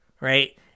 Right